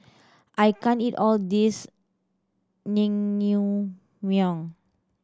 I can't eat all this Naengmyeon